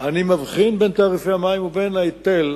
אני מבחין בין תעריפי המים לבין ההיטל.